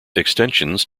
extensions